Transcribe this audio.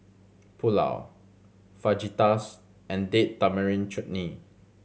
Pulao Fajitas and Date Tamarind Chutney